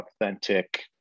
authentic